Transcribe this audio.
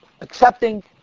accepting